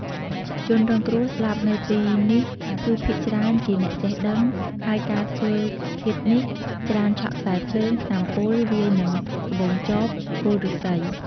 ជនរងគ្រោះស្លាប់នៅទីនេះ គឺភាគច្រើនជាអ្នកចេះដឹង ហើយការធ្វើឃាតនេះ ច្រើនឆក់ខ្សែភ្លើង ថ្នាំពុល វាយនឹងត្បូងចប គល់ឫស្សី។